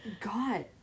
God